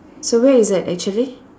so where is that actually